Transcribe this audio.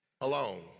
alone